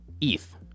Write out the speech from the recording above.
ETH